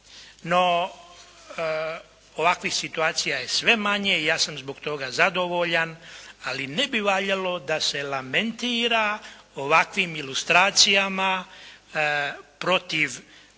No, ovakvih situacija je sve manje i ja sam zbog toga zadovoljan. Ali ne bi valjalo da se lamentira ovakvim ilustracijama protiv